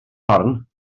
corn